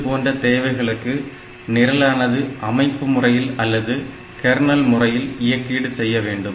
இதுபோன்ற தேவைகளுக்கு நிரலானது அமைப்பு முறையில் அல்லது கேர்னல் முறையில் இயக்கீடு செய்ய வேண்டும்